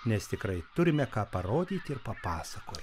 nes tikrai turime ką parodyti ir papasakoti